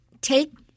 Take –